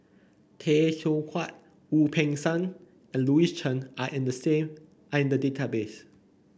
Tay Teow Kiat Wu Peng Seng and Louis Chen are in the same are in the database